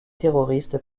terroristes